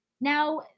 Now